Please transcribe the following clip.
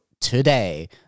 today